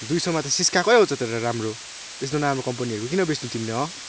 दुई सयमा सिस्काकै आउँछ त राम्रो त्यस्तो नराम्रो कम्पनीहरूको किन बेच्नु तिमीले हँ